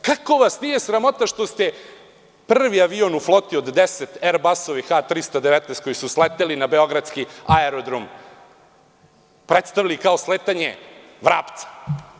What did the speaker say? Kako vas nije sramota što ste prvi avion u floti od 10 Erbasovih A319, koji su sleteli na beogradski aerodrom, predstavili kao sletanje vrapca?